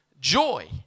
joy